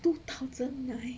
two thousand nine